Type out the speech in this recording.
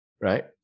Right